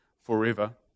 forever